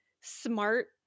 smart